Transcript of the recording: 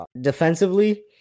defensively